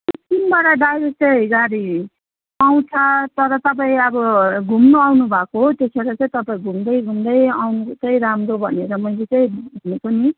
सिक्किमबाट दार्जिलिङ चाहिँ गाडी आउँछ तर तपाईँ अब घुम्नु आउनुभएको हो त्यसो भएर चाहिँ तपाईँ घुम्दै घुम्दै आउनु चाहिँ राम्रो भनेर मैले चाहिँ भनेको नि